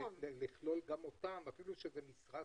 צריך לכלול גם אותם אפילו שזה משרד